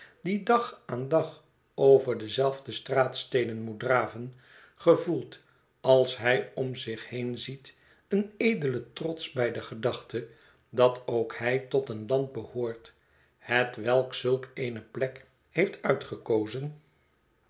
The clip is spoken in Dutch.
die dag aan dag over dezelfde straatsteenen moet draven gevoelt als hij om zich heen ziet een edelen trots bij de gedachte dat ookhij tot een land behoort hetwelk zulk eene plek heeft uitgekozen